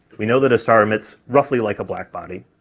we know that a star emits roughly like a blackbody,